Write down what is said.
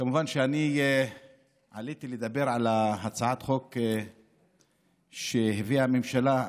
כמובן שאני עליתי לדבר על הצעת החוק שהביאה הממשלה.